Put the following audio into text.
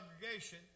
congregation